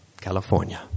California